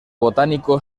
botánico